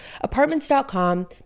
Apartments.com